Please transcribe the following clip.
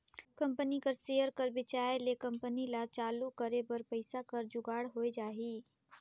company कर share कर बेंचाए ले कंपनी ल चालू करे बर पइसा कर जुगाड़ होए जाही